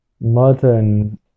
modern